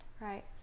Right